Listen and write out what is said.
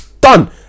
done